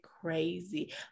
crazy